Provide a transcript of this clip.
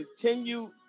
continue